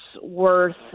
worth